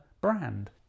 brand